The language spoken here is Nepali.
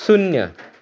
शून्य